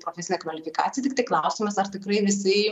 profesinę kvalifikaciją tik klausimas ar tikrai visi